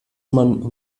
man